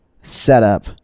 setup